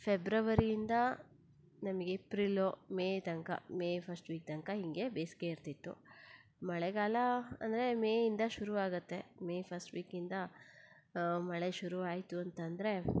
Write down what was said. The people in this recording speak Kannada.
ಫೆಬ್ರವರಿಯಿಂದ ನಮಗ್ ಏಪ್ರಿಲು ಮೇ ತನಕ ಮೇ ಫರ್ಸ್ಟ್ ವೀಕ್ ತನಕ ಹೀಗೆ ಬೇಸಿಗೆ ಇರ್ತಿತ್ತು ಮಳೆಗಾಲ ಅಂದರೆ ಮೇಯಿಂದ ಶುರು ಆಗುತ್ತೆ ಮೇ ಫರ್ಸ್ಟ್ ವೀಕಿಂದ ಮಳೆ ಶುರು ಆಯಿತು ಅಂತಂದರೆ